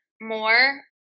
more